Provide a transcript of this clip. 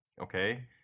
okay